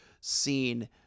seen